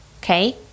Okay